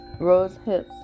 rosehips